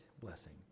blessing